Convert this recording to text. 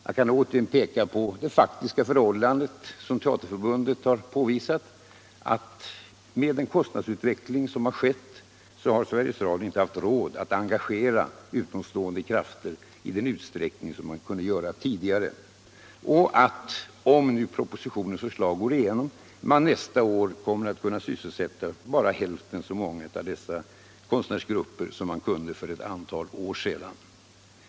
Jag kan återigen peka på det faktiska förhållandet som Teaterförbundet har påvisat: med den kostnadsutveckling som skett har Sveriges Radio inte haft råd att engagera utomstående krafter i den utsträckning som man «tidigare kunde göra, och om propositionens förslag går igenom kommer man under nästa år att kunna sysselsätta bara hälften så många konstnärer ur olika grupper som man kunde göra för ett antal år sedan.